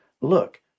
Look